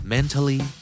Mentally